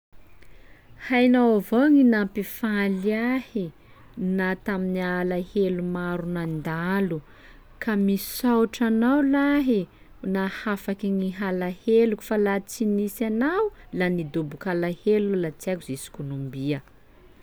"Hainao avao gny nampifaly ahy na tamin'ny alahelo maro nandalo, ka misaotra anao lahy e, nahafaky gny halaheloko fa laha tsy nisy anao la nidoboka alahelo la tsy haiko zay soko nombia."